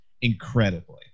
incredibly